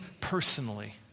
personally